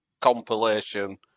compilation